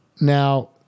Now